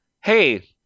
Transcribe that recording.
hey